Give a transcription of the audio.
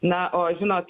na o žinot